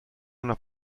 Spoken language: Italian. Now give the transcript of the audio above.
una